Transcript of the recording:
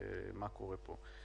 מה קורה פה.